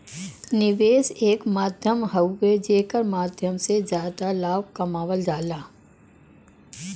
निवेश एक माध्यम हउवे जेकरे माध्यम से जादा लाभ कमावल जाला